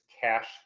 cash